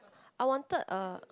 I wanted a